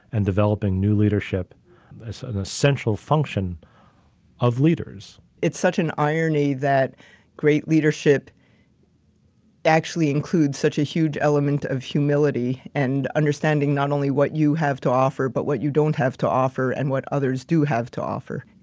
and developing new leadership is an essential function of leaders. it's such an irony that great leadership actually includes such a huge element of humility and understanding not only what you have to offer, but what you don't have to offer and what others do have to offer.